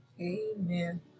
Amen